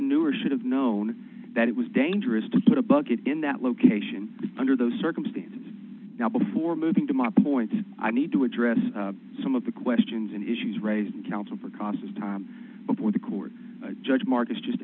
a new or should have known that it was dangerous to put a bucket in that location under those circumstances now before moving to my point i need to address some of the questions and issues raised in council for cost of time before the court judge marcus just